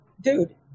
dude